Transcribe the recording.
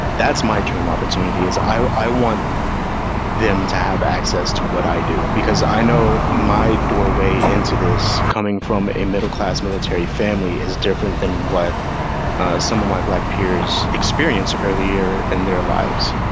that's my dream opportunity. i i want them to have access to what i do, because i know my doorway into this coming from a middle-class, military family is different than what some of my black peers experience earlier in their lives.